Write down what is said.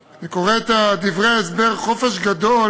אני קורא את דברי ההסבר: חופש גדול